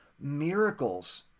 miracles